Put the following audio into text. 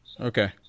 Okay